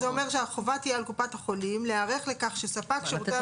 אז זה אומר שהחובה תהיה על קופת החולים להיערך לכך שספק שירותי